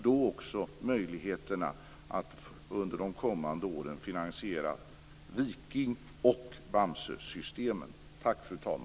Då finns möjligheten att under de kommande åren finansiera Viking och Bamsesystemen.